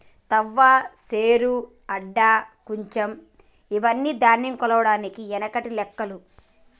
తవ్వ, శేరు, అడ్డ, కుంచం ఇవ్వని ధాన్యం కొలవడానికి ఎనకటి లెక్కలు